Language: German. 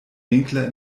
winkler